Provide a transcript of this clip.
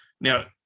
Now